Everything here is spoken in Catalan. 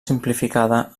simplificada